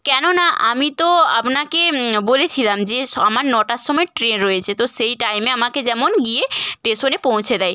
কেননা আমি তো আপনাকে বলেছিলাম যে স আমার নটার সময় ট্রেন রয়েছে তো সেই টাইমে আমাকে যেমন গিয়ে স্টেশনে পৌঁছে দেয়